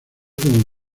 como